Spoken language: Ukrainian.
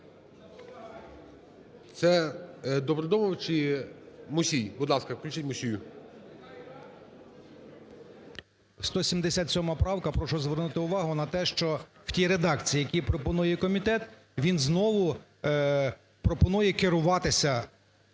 Це добро домов чи Мусій? Будь ласка, включіть Мусію. 12:53:04 МУСІЙ О.С. 177 правка. Прошу звернути увагу на те, що в тій редакції, якій пропонує комітет, він знову пропонує керуватися